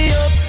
up